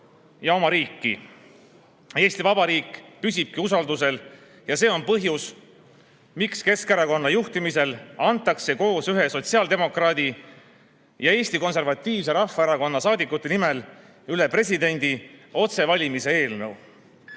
ja oma riiki. Eesti Vabariik püsibki usaldusel ja see on põhjus, miks Keskerakonna juhtimisel antakse koos ühe sotsiaaldemokraadi ja Eesti Konservatiivse Rahvaerakonna saadikute nimel üle presidendi otsevalimise eelnõu.